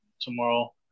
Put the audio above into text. tomorrow